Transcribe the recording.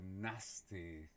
nasty